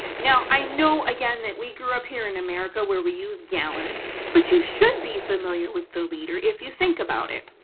now i know again, that we grew up here in america, where we use gallons but you should be familiar with the liter if you think about it.